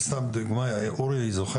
אורי,